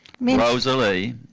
Rosalie